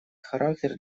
характер